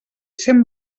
cent